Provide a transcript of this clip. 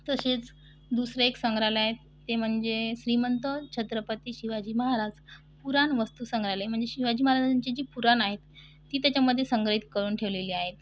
तसेच दुसरे एक संग्रहालय आहे ते म्हणजे श्रीमंत छत्रपती शिवाजी महाराज पुराणवस्तू संग्रहालय म्हणजे शिवाजी महाराजांची जी पुराणं आहेत ती त्याच्यामध्ये संग्रहित करून ठेवलेली आहेत